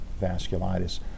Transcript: vasculitis